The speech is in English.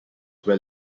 where